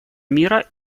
мира